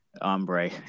ombre